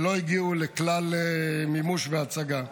שלא הגיעו לכלל מימוש והצגה.